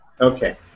Okay